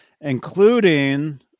including